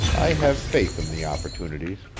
i have faith in the opportunities.